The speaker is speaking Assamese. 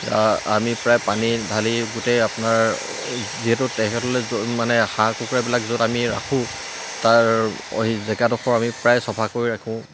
আমি প্ৰায় পানী ঢালি গোটেই আপোনাৰ যিহেতু তেখেতলৈ মানে হাঁহ কুকুৰাবিলাক য'ত আমি ৰাখোঁ তাৰ অহি জেগাডোখৰ আমি প্ৰায় চাফা কৰি ৰাখোঁ